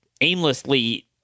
aimlessly